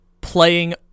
playing